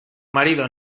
marido